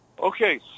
Okay